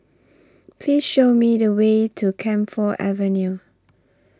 Please Show Me The Way to Camphor Avenue